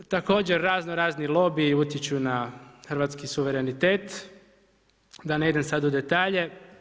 Također razno razni lobiji utječu na hrvatski suverenitet, da ne idem sad u detalje.